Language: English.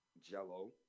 jello